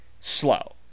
slow